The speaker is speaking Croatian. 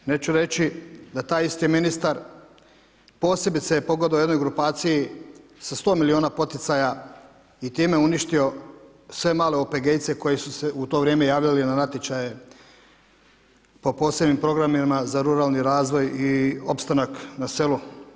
Neću reći da taj isti ministar posebice pogoduje jednoj grupaciji sa sto milijuna poticaja i time uništio sve male opegejce koji su se u to vrijem javljali na natječaje po posebnim programima za ruralni razvoj i opstanak na selo.